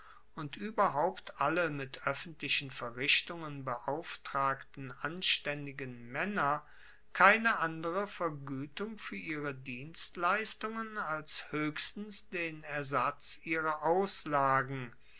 und ueberhaupt alle mit oeffentlichen verrichtungen beauftragten anstaendigen maenner keine andere verguetung fuer ihre dienstleistungen als hoechstens den ersatz ihrer auslagen